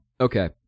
Okay